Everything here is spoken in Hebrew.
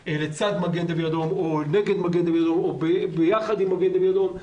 לצד מגן דוד אדום או נגד מגן דוד אדום או ביחד עם מגן דוד אדום,